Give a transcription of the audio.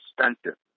expensive